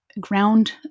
ground